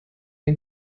den